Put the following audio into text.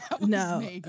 no